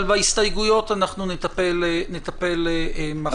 אבל בהסתייגויות אנחנו נטפל מחר.